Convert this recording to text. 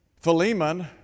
Philemon